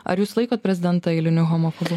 ar jūs laikot prezidentą eiliniu homofobu